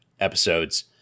episodes